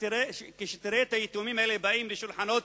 כשתראה את היתומים האלה באים לשולחנות